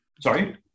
Sorry